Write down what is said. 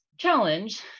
Challenge